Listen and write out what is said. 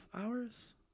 hours